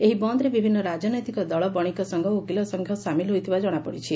ଏହି ବନ୍ଦରେ ବିଭିନ୍ନ ରାଜନୈତିକ ଦଳ ବଶିକ ସଂଘ ଓ ଓକିଲ ସଂଘ ସାମିଲ ହୋଇଥିବା ଜଶାପଡ଼ିଛି